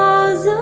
was